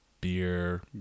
beer